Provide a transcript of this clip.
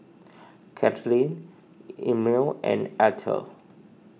Caitlyn Emil and Arther